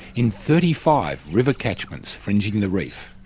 in thirty five river catchments fringing the reef.